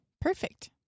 perfect